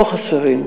לא חסרים.